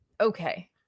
okay